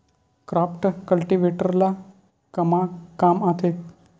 Crop cultivator ला कमा काम आथे?